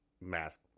mask